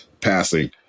passing